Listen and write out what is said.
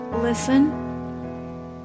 listen